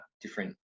different